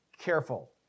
careful